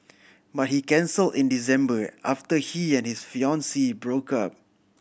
but he cancel in December after he and his fiancee broke up